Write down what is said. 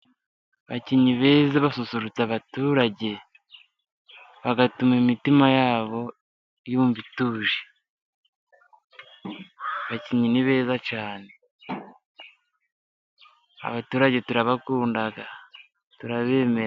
Abakinnyi beza basusurutsa abaturage, bagatuma imitima yabo yumva ituje. Abakinnyi ni beza cyane. Abaturage turabakunda. Turabemera.